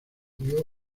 dio